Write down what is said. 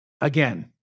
Again